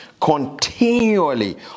continually